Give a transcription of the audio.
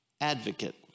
advocate